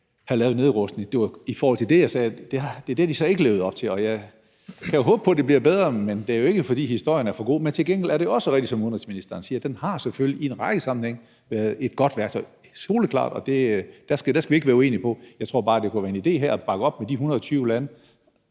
have lavet en nedrustning. Det var i forhold til det, jeg sagde, at det har de så ikke levet op til. Jeg kan jo håbe på, at det bliver bedre, men det er jo ikke, fordi historien er for god, men til gengæld er det også rigtigt, som udenrigsministeren siger, at den selvfølgelig i en række sammenhænge har været et godt værktøj. Det er soleklart, og det skal vi ikke være uenige om. Jeg tror bare, det kunne være en idé her at bakke op med de 120 lande,